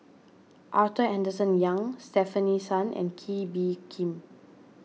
Arthur Henderson Young Stefanie Sun and Kee Bee Khim